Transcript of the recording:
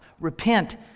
Repent